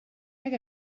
got